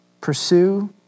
pursue